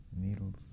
needles